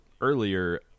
earlier